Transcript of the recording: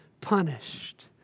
punished